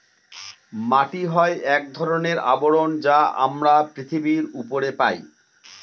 মাটি হয় এক ধরনের আবরণ যা আমরা পৃথিবীর উপরে পায়